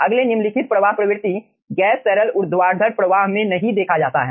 अगले निम्नलिखित प्रवाह प्रवृत्ति गैस तरल ऊर्ध्वाधर प्रवाह में नहीं देखा जाता है